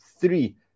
three